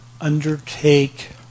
undertake